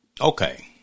Okay